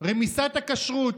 רמיסת הכשרות,